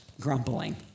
grumbling